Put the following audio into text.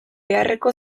beharreko